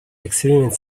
experiment